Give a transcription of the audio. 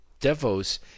DeVos